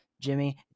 Jimmy